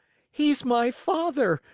he's my father,